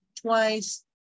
twice